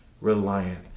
reliant